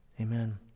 Amen